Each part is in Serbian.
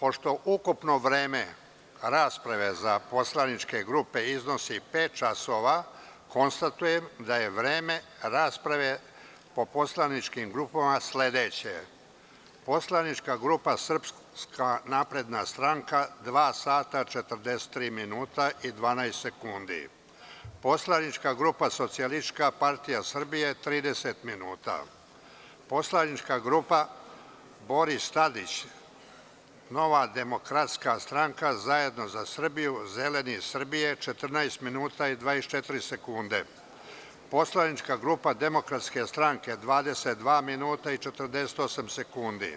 Pošto ukupno vreme rasprave za poslaničke grupe iznosi pet časova, konstatujem da je vreme rasprave po poslaničkim grupama sledeće: Poslanička grupa Srpska napredna stranka – dva sata, 43 minuta i 12 sekundi; Poslanička grupa Socijalistička partija Srbije – 30 minuta; Poslanička grupa Boris Tadić – Nova demokratska stranka, Zajedno za Srbiju, Zeleni Srbije – 14 minuta i 24 sekunde; Poslanička grupa Demokratske stranke – 22 minuta i 48 sekundi;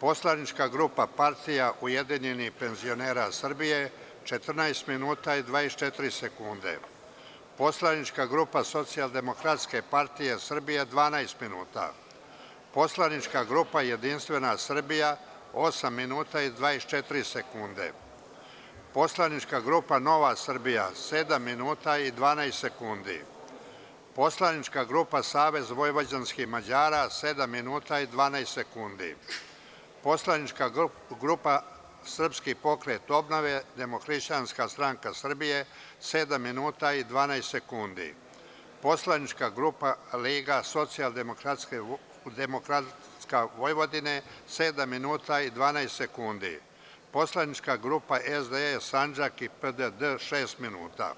Poslanička grupa Partija ujedinjenih penzionera Srbije – 14 minuta i 24 sekunde; Poslanička grupa Socijaldemokratska partija Srbije – 12 minuta; Poslanička grupa Jedinstvena Srbija – 8 minuta i 24 sekunde; Poslanička grupa Nova Srbija – 7 minuta i 12 sekundi; Poslanička grupa Savez vojvođanskih Mađara – 7 minuta i 12 sekundi; Poslanička grupa Srpski pokret obnove, Demohrišćanska stranka Srbije – 7 minuta i 12 sekundi; Poslanička grupa Liga socijaldemokrata Vojvodine – 7 minuta i 12 sekundi; Poslanička grupa SDA SANDžAKA – PDD – 6 minuta.